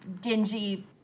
dingy